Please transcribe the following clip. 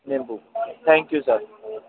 ਨਿੰਬੂ thank you sir